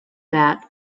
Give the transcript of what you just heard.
that